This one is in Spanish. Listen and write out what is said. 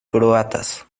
croatas